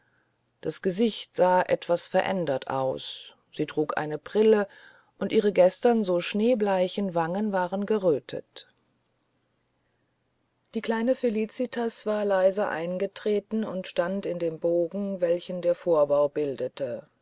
das gesicht sah etwas verändert aus sie trug eine brille und ihre gestern so schneebleichen wangen waren gerötet die kleine felicitas war leise eingetreten und stand in dem bogen welchen der vorbau bildete